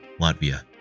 Latvia